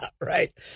right